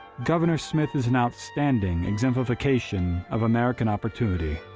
governor smith is an outstanding exemplification of american opportunity.